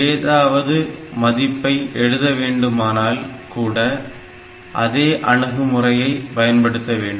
ஏதாவது மதிப்பை எழுத வேண்டுமானால் கூட அதே அணுகுமுறையை பயன்படுத்த வேண்டும்